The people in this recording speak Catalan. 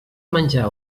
menjar